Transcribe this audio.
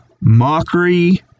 mockery